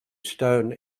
stone